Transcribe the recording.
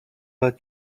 vas